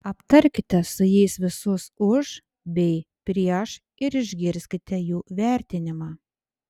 aptarkite su jais visus už bei prieš ir išgirskite jų vertinimą